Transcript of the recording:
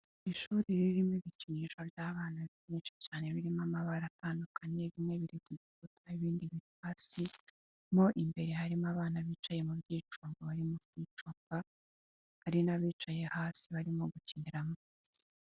Ishuri ririmo ibikinisho ry'abana byinshi cyane birimo amabara atandukanye. Bimwe biri kugikuta, ibindi biri hasi. Mo imbere harimo abana bicaye mu by'icungo barimo kwicunga. Hari n'abicaye hasi barimo gukiniramo.